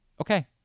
okay